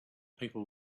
people